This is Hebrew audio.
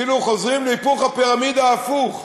כאילו חוזרים להיפוך הפירמידה, הפוך.